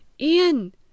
ian